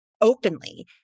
openly